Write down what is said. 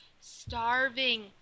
starving